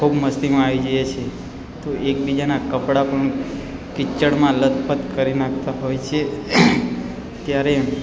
ખૂબ મસ્તીમાં આવી જઈએ છીએ તો એકબીજાના કપડા પણ કિચડમાં લથપથ કરી નાખતા હોય છીએ ત્યારે